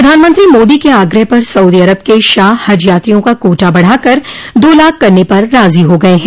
प्रधानमंत्री मोदी के आग्रह पर सऊदी अरब के शाह हज यात्रियों का कोटा बढ़ाकर दो लाख करने पर राजी हो गए हैं